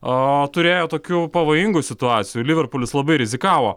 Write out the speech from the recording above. o turėjo tokių pavojingų situacijų liverpulis labai rizikavo